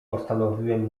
postanowiłem